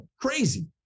crazy